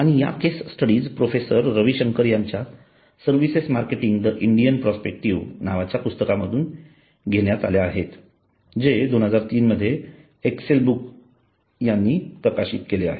आणि ह्या case studies professor Ravishankar यांच्या services marketing the Indian perspective नावाच्या पुस्तकामधून घेण्यात आल्या आहेत जे 2003 मध्ये एक्सेल बुक्स यांनी प्रकाशित केले आहे